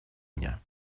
меня